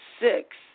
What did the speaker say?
Six